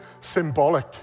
symbolic